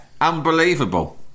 unbelievable